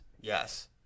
yes